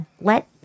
let